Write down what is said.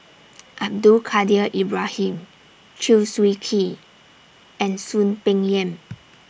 Abdul Kadir Ibrahim Chew Swee Kee and Soon Peng Yam